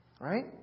Right